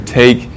take